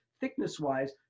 thickness-wise